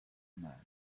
man